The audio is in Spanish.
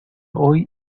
hoy